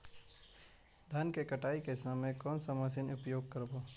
धान की कटाई के समय कोन सा मशीन उपयोग करबू?